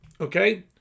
Okay